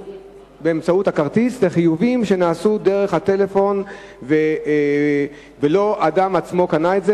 באמצעות הכרטיס לבין חיובים שנעשו דרך הטלפון ולא האדם עצמו קנה את המוצר.